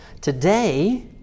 Today